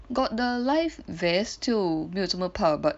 got the life vest 就没有这么怕 but